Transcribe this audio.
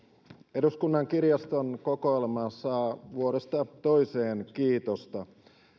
eduskunnan kirjaston kokoelma saa vuodesta toiseen kiitosta